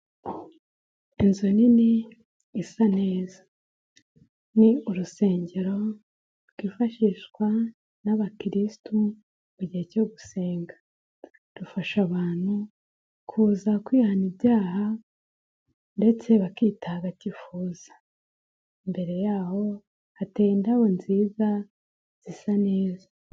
Inzu nini, isa neza. Ni urusengero rwifashishwa n'Abakiriristu mu gihe cyo gusenga. Rufasha abantu kuza kwihana ibyaha ndetse bakitagatifuza. Imbere yaho hateye indabo nziza, zisa neza.